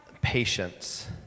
patience